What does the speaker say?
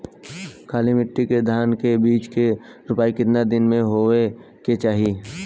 काली मिट्टी के धान के बिज के रूपाई कितना दिन मे होवे के चाही?